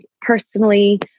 personally